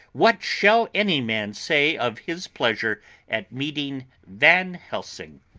what shall any man say of his pleasure at meeting van helsing?